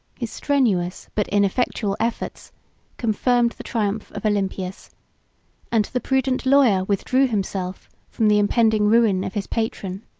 his strenuous but ineffectual efforts confirmed the triumph of olympius and the prudent lawyer withdrew himself from the impending ruin of his patron.